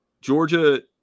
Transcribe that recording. Georgia